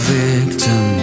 victim